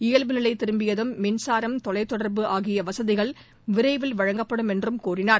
இயல்புநிலை திரும்பியதும் மின்சாரம் தொலைத் தொடர்பு ஆகிய வசதிகள் விரைவில் வழங்கப்பட வேண்டும் என்றும் தெரிவித்தார்